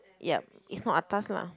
yup it's not atas lah